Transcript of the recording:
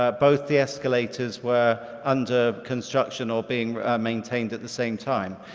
ah both the escalators were under construction or being maintained at the same time.